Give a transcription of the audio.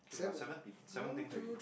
K we got seven seven things already